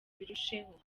biruseho